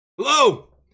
hello